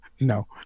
no